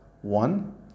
one